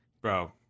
Bro